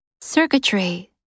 Circuitry